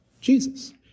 Jesus